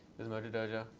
says mojodojo,